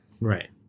Right